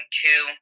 two